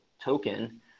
token